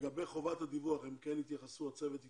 לגבי חובת הדיווח הצוות התייחס.